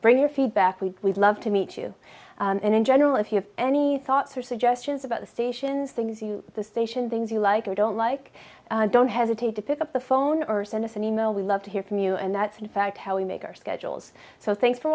bring your feedback we would love to meet you and in general if you have any thoughts or suggestions about the station's things you the station things you like or don't like don't hesitate to pick up the phone or send us an email we love to hear from you and that's in fact how we make our schedules so thank